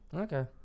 Okay